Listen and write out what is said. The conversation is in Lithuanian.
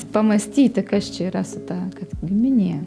pamąstyti kas čia yra su ta kad giminė